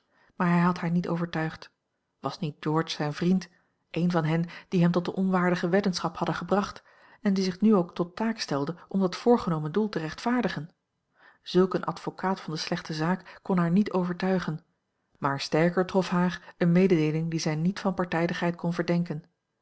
maar hij had haar niet overtuigd was niet george zijn vriend een van hen die hem tot de onwaardige weddenschap hadden gebracht en die zich nu ook tot taak stelde om dat voorgenomen duel te rechtvaardigen zulk een advocaat van de slechte zaak kon haar niet overtuigen maar sterker trof haar eene mededeeling die zij niet van partijdigheid kon verdenken